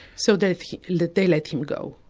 so they let they let him go.